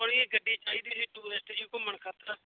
ਆਪਣੀ ਇੱਕ ਗੱਡੀ ਚਾਹੀਦੀ ਸੀ ਟੂਰਿਸਟ ਜਿਵੇਂ ਘੁੰਮਣ ਖਾਤਰ